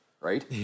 right